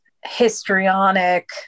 histrionic